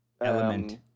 element